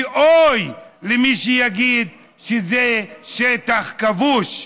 ואוי למי שיגיד שזה שטח כבוש.